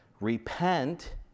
repent